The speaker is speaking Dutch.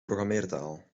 programmeertaal